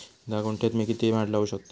धा गुंठयात मी किती माड लावू शकतय?